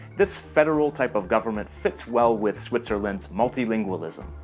this federal type of government fits well with switzerland's multilingualism.